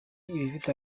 ibifite